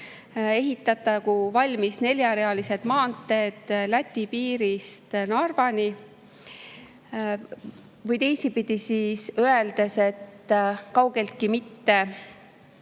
ehitatagu valmis neljarealised maanteed Läti piirist Narvani. Teisipidi öeldes: kaugeltki mitte